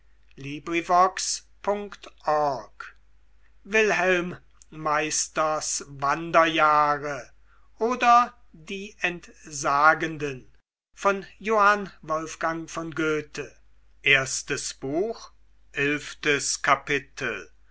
wilhelm meisters wanderjahre oder die entsagenden